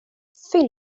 sånt